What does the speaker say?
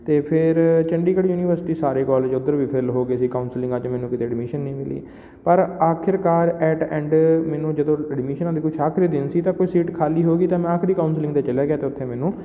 ਅਤੇ ਫੇਰ ਚੰਡੀਗੜ੍ਹ ਯੂਨੀਵਰਸਿਟੀ ਸਾਰੇ ਕੋਲੇਜ ਉੱਧਰ ਵੀ ਫਿੱਲ ਹੋ ਗਏ ਸੀ ਕਾਊਂਸਲਿੰਗਾਂ 'ਚ ਮੈਨੂੰ ਕਿਤੇ ਐਡਮਿਸ਼ਨ ਨਹੀਂ ਮਿਲੀ ਪਰ ਆਖਿਰਕਾਰ ਐਟ ਐਂਡ ਮੈਨੂੰ ਜਦੋਂ ਐਡਮਿਸ਼ਨਾਂ ਦੇ ਕੁਛ ਆਖਰੀ ਦਿਨ ਸੀ ਤਾਂ ਕੋਈ ਸੀਟ ਖ਼ਾਲੀ ਹੋ ਗਈ ਤਾਂ ਮੈਂ ਆਖਰੀ ਕਾਊਂਸਲਿੰਗ 'ਤੇ ਚਲਿਆ ਗਿਆ ਅਤੇ ਉੱਥੇ ਮੈਨੂੰ